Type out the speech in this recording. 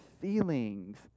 feelings